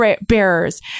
bearers